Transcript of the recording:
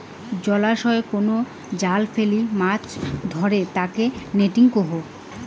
জলাশয়ই কুনো জাল ফেলি মাছ ধরে তাকে নেটিং কহু